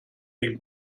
den